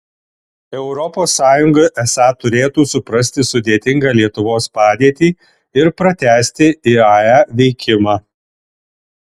europos sąjunga esą turėtų suprasti sudėtingą lietuvos padėtį ir pratęsti iae veikimą